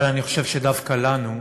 אבל אני חושב שדווקא לנו,